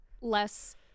less